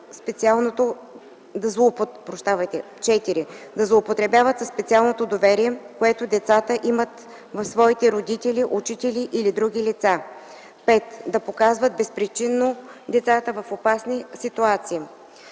4. да злоупотребяват със специалното доверие, което децата имат в своите родители, учители или други лица; 5. да показват безпричинно децата в опасни ситуации.”